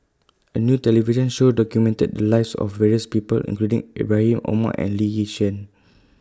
A New television Show documented The Lives of various People including Ibrahim Omar and Lee Yi Shyan